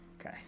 Okay